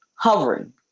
hovering